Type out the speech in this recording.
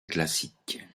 classique